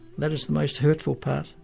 that is the most hurtful part.